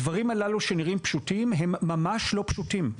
הדברים הללו שנראים פשוטים הם ממש לא פשוטים.